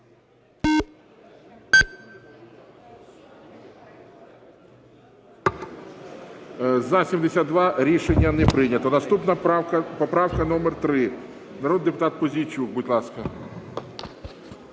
Рішення не прийнято. Наступна правка – поправка номер 3. Народний депутат Пузійчук, будь ласка.